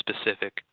specific